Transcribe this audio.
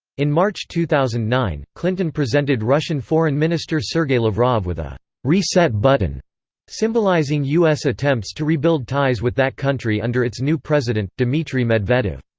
in march two thousand and nine, clinton presented russian foreign minister sergey lavrov with a reset button symbolizing u s. attempts to rebuild ties with that country under its new president, dmitry medvedev.